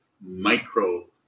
micro